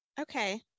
Okay